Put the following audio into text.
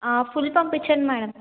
ఆ ఫుల్ పంపించండి మేడం